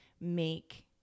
make